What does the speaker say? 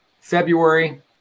February